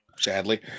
sadly